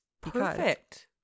perfect